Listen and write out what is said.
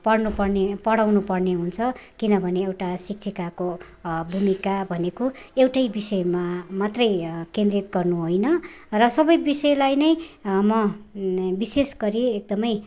पढ्नु पर्ने पढाउनु पर्ने हुन्छ किनभने एउटा शिक्षिकाको भूमिका भनेको एउटै विषयमा मात्रै केन्द्रित गर्नु होइन र सबै विषयलाई नै म विशेष गरी एकदमै